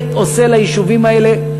אבל כשאני רואה מה זה עושה ליישובים האלה,